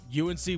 UNC